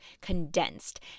condensed